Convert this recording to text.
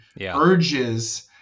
urges